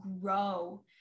grow